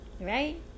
right